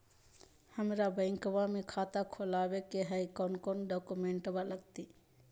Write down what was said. हमरा बैंकवा मे खाता खोलाबे के हई कौन कौन डॉक्यूमेंटवा लगती?